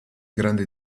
grande